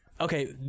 Okay